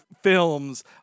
films